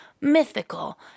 mythical